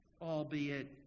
albeit